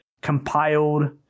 compiled